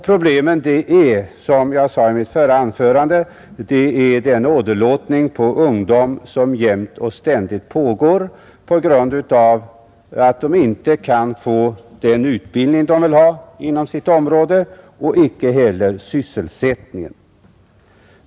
Problemen är, som jag sade i mitt förra anförande, bl.a. den åderlåtning på ungdomar som jämt och ständigt pågår på grund av att de inom sitt område inte kan få den utbildning de vill ha och inte heller sysselsättning.